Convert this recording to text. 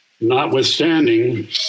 Notwithstanding